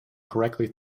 correctly